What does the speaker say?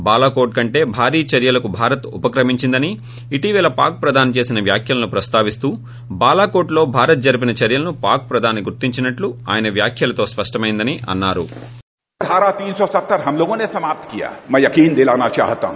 బాలాకోట్ కంటే భారీ చర్యలకు భారత్ ఉపక్రమించిందని ఇటీవల పాక్ ప్రధాని చేసిన వ్యాఖ్యలను ప్రస్తావిస్తూ బాలాకోట్లో భారత్ జరిపిన చర్యలను పాక్ ప్రధాని గుర్తించినట్టు ఆయన వ్యాఖ్యలతో స్పష్టమైందని అన్సారు